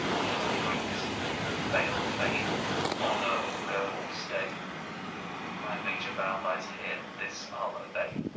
fall greeks fail fame honour or go or stay my major vow lies here, this i'll obey.